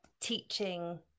teaching